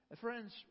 Friends